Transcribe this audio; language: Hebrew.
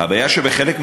הבעיה שבחלק מהיישובים,